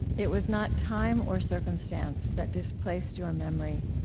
it was not time or circumstance that displaced your memory.